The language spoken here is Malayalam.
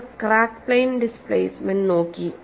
അവർ ക്രാക്ക് പ്ലെയ്ൻ ഡിസ്പ്ലേസ്മെന്റ് നോക്കി